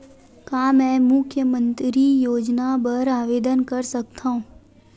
का मैं मुख्यमंतरी योजना बर आवेदन कर सकथव?